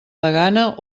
degana